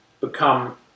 become